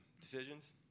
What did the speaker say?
decisions